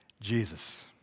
Jesus